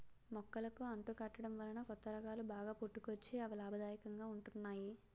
మొక్కలకు అంటు కట్టడం వలన కొత్త రకాలు బాగా పుట్టుకొచ్చి అవి లాభదాయకంగా ఉంటున్నాయి